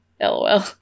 LOL